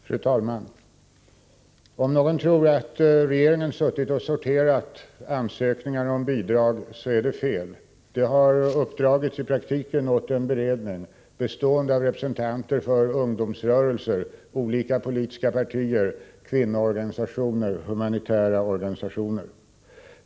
Fru talman! Om någon tror att regeringen suttit och sorterat ansökningar om bidrag, så är det fel. Det arbetet har i praktiken uppdragits åt en beredning bestående av representanter för ungdomsrörelser, olika politiska partier, kvinnoorganisationer och humanitära organisationer.